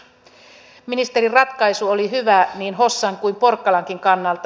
ministerin ratkaisu oli hyvä niin hossan kuin porkkalankin kannalta